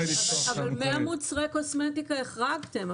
אבל מוצרי קוסמטיקה החרגתם.